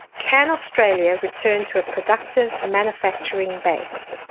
can australia return to a productive manufacturing base?